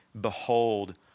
behold